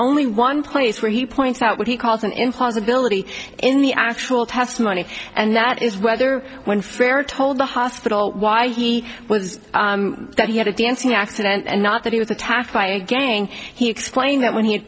only one place where he points out what he calls an impossibility in the actual testimony and that is whether when farah told the hospital why he was that he had a dancing accident and not that he was attacked by a gang he explained that when he had